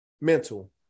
mental